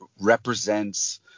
represents